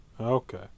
Okay